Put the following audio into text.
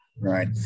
Right